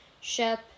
Shep